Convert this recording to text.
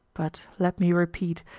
but let me repeat,